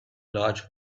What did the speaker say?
large